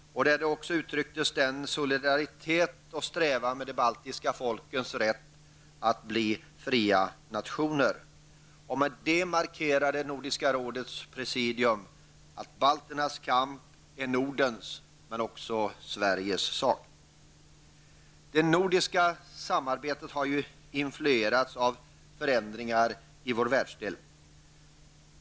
Det uttrycktes också en solidaritet med de baltiska folkens strävan och rätt att bli fria nationer. Med detta markerade Nordiska rådets presidium att balternas kamp är Nordens och också Sveriges sak. Det nordiska samarbetet har influerats av förändringar i vår världsdel.